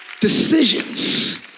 decisions